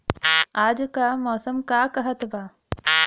आज क मौसम का कहत बा?